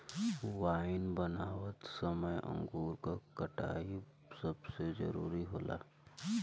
wine बनावत समय अंगूर क कटाई सबसे जरूरी होला